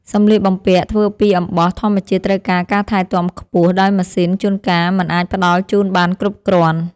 សម្លៀកបំពាក់ធ្វើពីអំបោះធម្មជាតិត្រូវការការថែទាំខ្ពស់ដែលម៉ាស៊ីនជួនកាលមិនអាចផ្តល់ជូនបានគ្រប់គ្រាន់។